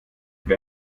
wer